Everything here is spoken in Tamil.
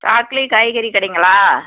சாக்லி காய்கறி கடைங்களா